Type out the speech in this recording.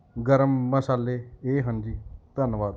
ਗਰਮ ਮਸਾਲੇ ਇਹ ਹਨ ਜੀ ਧੰਨਵਾਦ